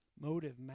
Motive